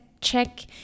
check